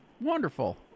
Wonderful